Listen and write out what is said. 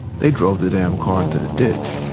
they drove the damn car into the ditch